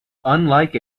unlike